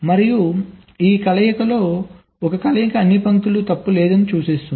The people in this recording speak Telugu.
మరియు ఈ కలయికలలో ఒక కలయిక అన్ని పంక్తులు తప్పు లేనిదని సూచిస్తుంది